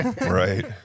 Right